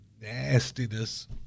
nastiness